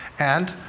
and